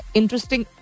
interesting